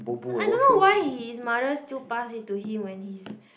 I don't know why his mother still pass it to him when he's